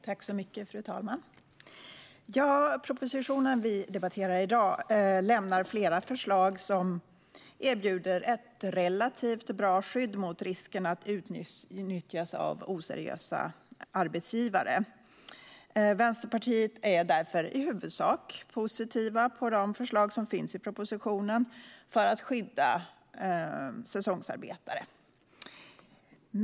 Fru talman! I den proposition vi debatterar i dag finns flera förslag som erbjuder ett relativt bra skydd mot risken att utnyttjas av oseriösa arbetsgivare. Vi i Vänsterpartiet är därför i huvudsak positiva till de förslag som finns i propositionen för att skydda säsongsarbetare.